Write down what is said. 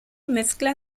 mezcla